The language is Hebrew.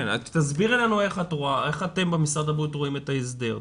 תסבירי לי איך אתם במשרד הבריאות רואים את ההסדר.